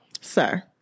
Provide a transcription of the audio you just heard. Sir